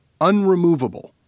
unremovable